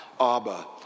Abba